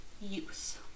use